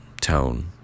tone